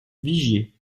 vigier